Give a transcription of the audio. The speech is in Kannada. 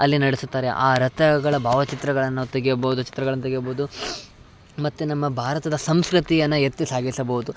ಅಲ್ಲಿ ನಡೆಸುತ್ತಾರೆ ಆ ರಥಗಳ ಭಾವಚಿತ್ರಗಳನ್ನು ತೆಗೆಯಬೌದು ಚಿತ್ರಗಳನ್ನು ತೆಗೆಯಬೌದು ಮತ್ತು ನಮ್ಮ ಭಾರತದ ಸಂಸ್ಕೃತಿಯನ್ನು ಎತ್ತಿ ಸಾಗಿಸಬೌದು